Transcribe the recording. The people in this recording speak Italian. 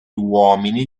uomini